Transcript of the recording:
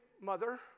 mother